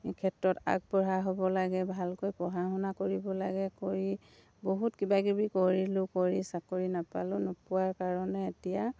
ক্ষেত্ৰত আগবঢ়া হ'ব লাগে ভালকৈ পঢ়া শুনা কৰিব লাগে কৰি বহুত কিবাকিবি কৰিলোঁ কৰি চাকৰি নাপালোঁ নোপোৱাৰ কাৰণে এতিয়া